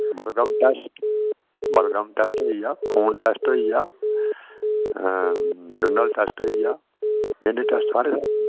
बलगम टैस्ट बलगम टैस्ट होई गेआ खून टैस्ट होई गेआ होई गेआ सारे टैस्ट